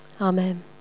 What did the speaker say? Amen